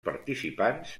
participants